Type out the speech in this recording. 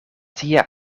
tia